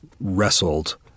wrestled